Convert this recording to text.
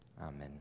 Amen